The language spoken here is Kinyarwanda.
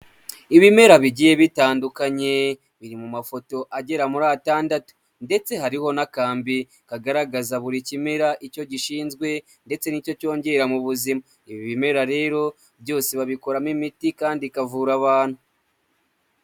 Ibimera bigiye bitandukanye biri mu mafoto agera muri atandatu ndetse hariho n'akambi kagaragaza buri kimera icyo gishinzwe ndetse n'icyo cyongera mu buzima ibi bimera rero byose babikoramo imiti kandi ikavura abantu.